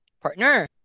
Partner